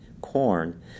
corn